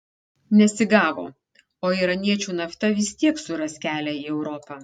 nesigavo o iraniečių nafta vis tiek suras kelią į europą